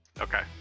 Okay